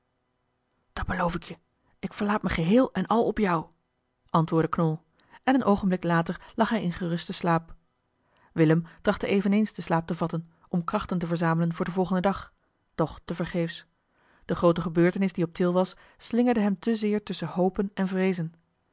dat beloof ik je ik verlaat me geheel en al op jou antwoordde knol en een oogenblik later lag hij in gerusten slaap willem trachtte eveneens den slaap te vatten om krachten te verzamelen voor den volgenden dag doch te vergeefs de groote gebeurtenis die op til was slingerde hem te zeer tusschen hopen en vreezen